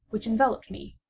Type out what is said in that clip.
which enveloped me,